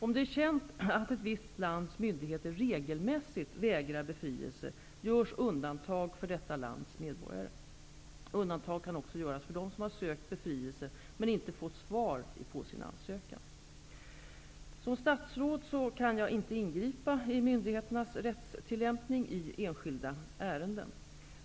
Om det är känt att ett visst lands myndigheter regelmässigt vägrar befrielse görs undantag för detta lands medborgare. Undantag kan också göras för dem som sökt befrielse men inte fått svar på sin ansökan. Som statsråd kan jag inte ingripa i myndigheternas rättstillämpning i enskilda ärenden.